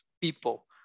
people